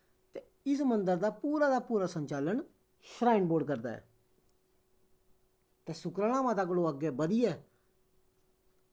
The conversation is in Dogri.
ते इस मन्दर दा पूरा दा पूरा संचालन श्राईन बोर्ड करदा ऐ ते सुकराला माता कोला अग्गें बधियै